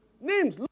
Names